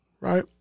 right